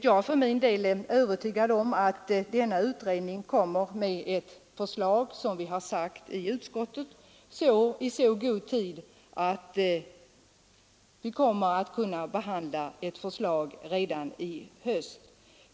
Jag är för min del övertygad om att denna utredning kommer att framlägga förslag, såsom vi har sagt i utskottet, i så god tid att det kommer att kunna behandlas redan i höst.